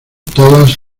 todas